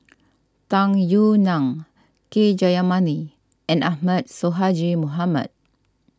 Tung Yue Nang K Jayamani and Ahmad Sonhadji Mohamad